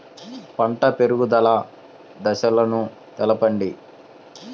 పంట పెరుగుదల దశలను తెలపండి?